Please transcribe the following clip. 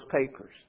papers